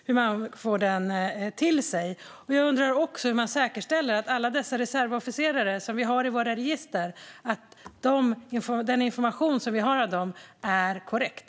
Hur säkerställer man att informationen om alla dessa reservofficerare som finns i registren är korrekt?